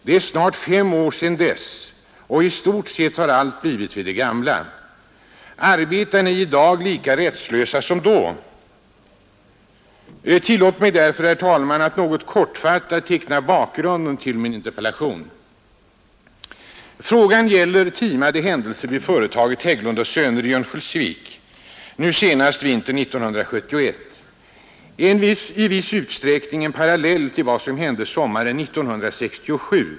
Det är snart fem år sedan dess och i stort sett har allt blivit vid det gamla. Arbetarna är i dag lika rättslösa som då. Tillåt mig därför, herr talman, att något kortfattat teckna bakgrunden till min interpellation. Frågan gäller timade händelser vid företaget Hägglund & Söner i Örnsköldsvik nu senast vintern 1971, i viss utsträckning en parallell till vad som hände sommaren 1967.